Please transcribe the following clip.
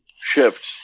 shipped